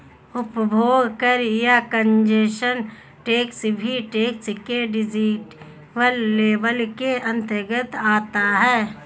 उपभोग कर या कंजप्शन टैक्स भी टैक्स के डिस्क्रिप्टिव लेबल के अंतर्गत आता है